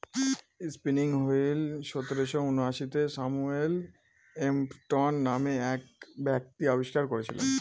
spinning wheel সতেরোশো ঊনআশিতে Samuel Crompton নামে এক ব্যক্তি আবিষ্কার করেছিলেন